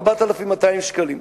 4,200 שקל,